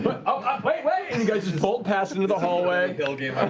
but ah wait! wait! and you guys bolt past into the hallway. you